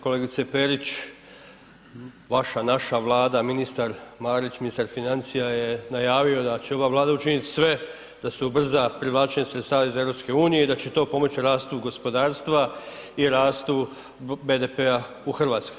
Kolegice Perić, vaša, naša Vlada, ministar Marić, ministar financija je najavio da će ova Vlada učiniti sve da se ubrza privlačenje sredstava iz EU-a i da će to pomoći rastu gospodarstva i rastu BDP-a u Hrvatskoj.